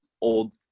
old